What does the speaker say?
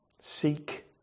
Seek